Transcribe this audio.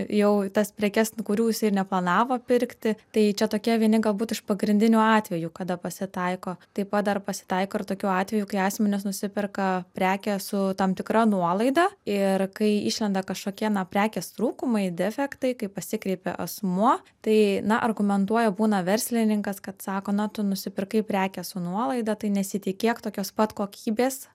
jau tas prekes nu kurių jisai ir neplanavo pirkti tai čia tokie vieni galbūt iš pagrindinių atvejų kada pasitaiko taip pat dar pasitaiko ir tokių atvejų kai asmenys nusiperka prekę su tam tikra nuolaida ir kai išlenda kažkokie na prekės trūkumai defektai kai pasikreipia asmuo tai na argumentuoja būna verslininkas kad sako na tu nusipirkai prekę su nuolaida tai nesitikėk tokios pat kokybės